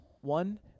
one-